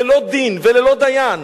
ללא דין וללא דיין,